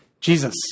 Jesus